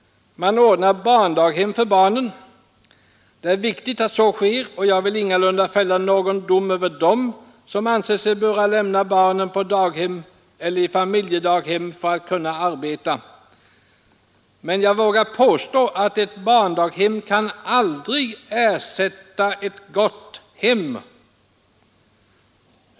Man ordnar barndaghem för barnen. Det är viktigt att så sker, och jag vill ingalunda fälla någon dom över dem som anser sig böra lämna barnen på daghem eller i familjedaghem för att kunna arbeta. Men jag vågar påstå att ett barndaghem kan aldrig ersätta ett gott hem.